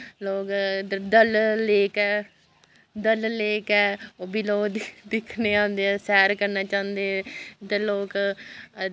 लोक इद्धर डल लेक ऐ डल लेक ऐ ओह् बी लोक दिक्ख दिक्खने गी औंदे ऐ सैर करना चांह्दे ते लोक